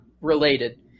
related